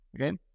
okay